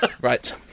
Right